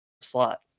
slot